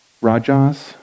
rajas